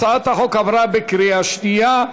הצעת החוק עברה בקריאה שנייה.